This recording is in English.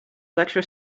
lecture